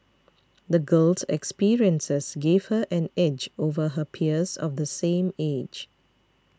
the girl's experiences gave her an edge over her peers of the same age